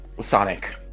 sonic